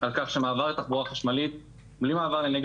על כך שהמעבר לתחבורה חשמלית בלי מעבר לאנרגיות